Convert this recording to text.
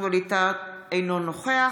אינו נוכח